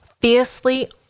fiercely